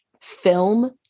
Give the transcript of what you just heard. film